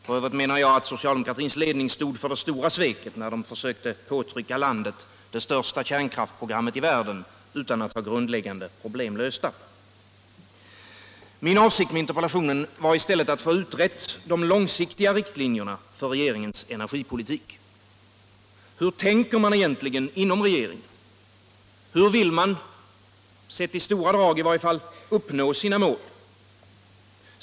F. ö. menar jag att socialdemokratins ledning stod för det stora sveket, när den försökte påtrycka landet det största kärnkraftsprogrammet i världen utan att ha grundläggande problem lösta. Min avsikt med interpellationen var i stället att få de långsiktiga riktlinjerna för regeringens energipolitik utredda. Hur tänker man egentligen inom regeringen”? Hur vill man. sett i stora drag i varje fall, uppnå sina mål?